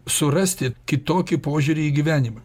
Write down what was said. surasti kitokį požiūrį į gyvenimą